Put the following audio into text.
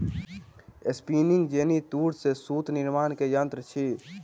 spinning jenny तूर से सूत निर्माण के यंत्र अछि